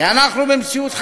כי אנחנו במציאות חדשה.